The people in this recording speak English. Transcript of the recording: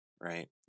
right